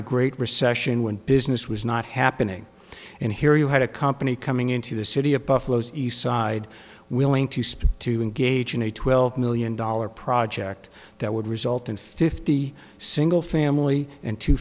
the great recession when business was not happening and here you had a company coming into the city of buffalo's east side willing to speak to engage in a twelve million dollar project that would result in fifty single family